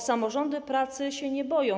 Samorządy pracy się nie boją.